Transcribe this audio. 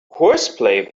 horseplay